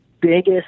biggest